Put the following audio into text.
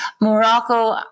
Morocco